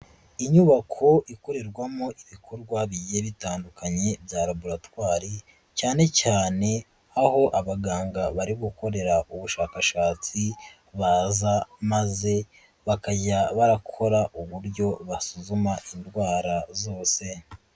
Inyubako ikorerwamo ibikorwa bigiye bitandukanye bya laboratwari, cyane cyane aho abaganga bari gukorera ubushakashatsi baza maze bakajya barakora uburyo basuzuma indwara zose.